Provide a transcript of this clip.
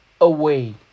away